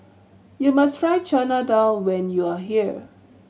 you must try Chana Dal when you are here